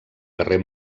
guerrer